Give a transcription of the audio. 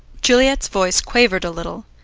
juliet's voice quavered a little.